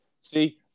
See